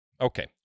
Okay